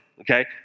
okay